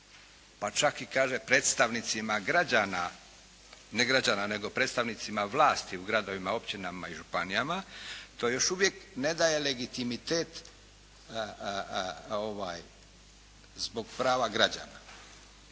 Pa čak i kaže predstavnicima građana, ne građana nego predstavnicima vlasti u gradovima, općinama i županijama. To još uvijek ne daje legitimitet zbog prava građana.